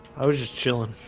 i was just chilling